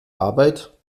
arbeit